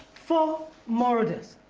four murders.